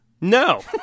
No